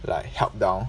like held down